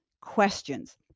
questions